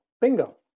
bingo